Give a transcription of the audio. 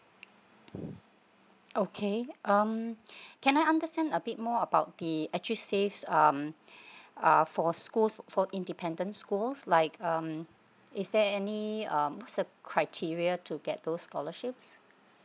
okay um can I understand a bit more about the edusaves um uh for schools for independent school's like um is there any um cer~ criteria to get those scholarships